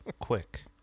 quick